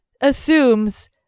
assumes